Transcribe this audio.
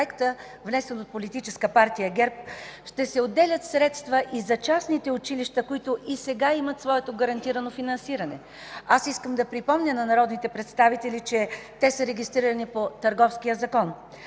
внесен от Политическа партия ГЕРБ, ще се отделят средства и за частните училища, които и сега имат своето гарантирано финансиране. Аз искам да припомня на народните представители, че те са регистрирани по Търговския закон.